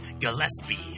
Gillespie